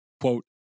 Quote